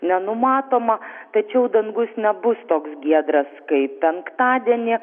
nenumatoma tačiau dangus nebus toks giedras kaip penktadienį